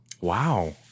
wow